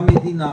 המדינה.